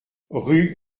rue